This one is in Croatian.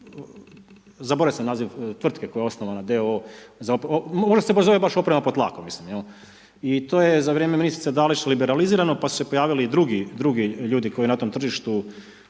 zaboravio sam naziv tvrtke koja je osnovaca d.o.o., možda se baš zove Oprema pod tlakom, mislim jel', i to je za vrijeme ministrice Dalić liberalizirano pa su se pojavili i drugi ljudi koji na tom tržištu